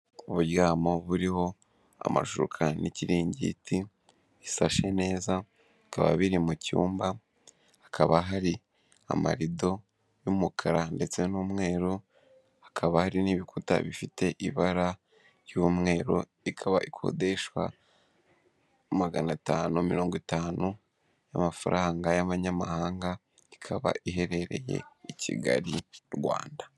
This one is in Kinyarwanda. Uburyamo buriho amashuka n'ikiringiti bisashe neza, bikaba biri mu cyumba, hakaba hari amarido y'umukara ndetse n'umweru, hakaba hari n'ibikuta bifite ibara ry'umweru, ikaba ikodeshwa magana atanu mirongo itanu y'amafaranga y'amanyamahanga, ikaba iherereye i Kigali, Rwanda.